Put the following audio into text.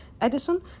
Addison